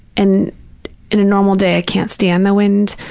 and in a normal day, i can't stand the wind,